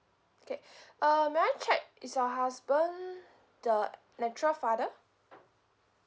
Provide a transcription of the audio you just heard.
okay uh may I check is your husband the natural father